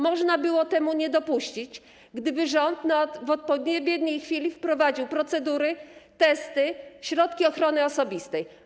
Można było do tego nie dopuścić, gdyby rząd w odpowiedniej chwili wprowadził procedury, testy, środki ochrony osobistej.